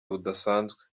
budasanzwe